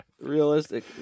realistic